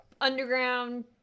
underground